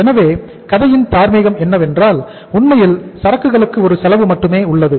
எனவே கதையின் தார்மீகம் என்னவென்றால் உண்மையில் சரக்குகளுக்கு ஒரு செலவு மட்டுமே உள்ளது